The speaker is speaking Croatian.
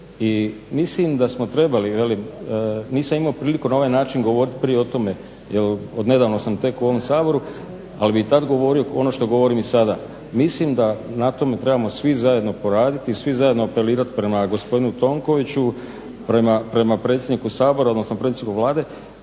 I mislim da smo trebali, nisam imao priliku na ovaj način govoriti prije o tome jel od nedavno sam tek u ovom Saboru ali bi i tada govorio ono što govorim i sada. Mislim da na tome trebamo svi zajedno poraditi i svi zajedno apelirati prema gospodinu Tonkoviću, prema predsjedniku Sabora i Vlade.